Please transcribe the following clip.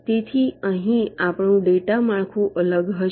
તેથી અહીં આપણું ડેટા માળખું અલગ હશે